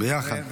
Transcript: ביחד?